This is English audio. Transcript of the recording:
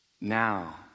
Now